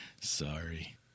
Sorry